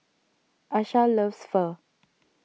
Asha loves Pho